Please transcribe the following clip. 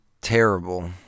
terrible